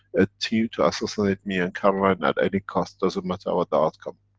a team to assassinate me and caroline at any cost, doesn't matter what the outcome.